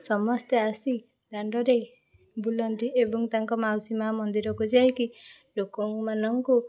ସମସ୍ତେ ଆସି ଦାଣ୍ଡରେ ବୁଲନ୍ତି ଏବଂ ତାଙ୍କ ମାଉସୀ ମା ମନ୍ଦିରକୁ ଯାଇକି ଲୋକମାନଙ୍କୁ